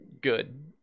good